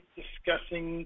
discussing